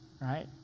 right